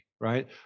Right